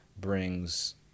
brings